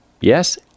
Yes